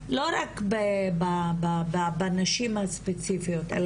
לא רק בנשים הספציפיות האלה,